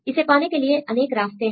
इसे पाने के लिए अनेक रास्ते हैं